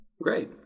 Great